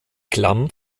klamm